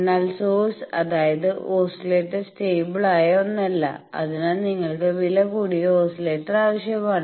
എന്നാൽ സോഴ്സ് അതായത് oscillator stable ആയ ഒന്നല്ല അതിനായി നിങ്ങൾക്ക് വിലകൂടിയ ഓസിലേറ്റർ ആവശ്യമാണ്